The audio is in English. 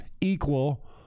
equal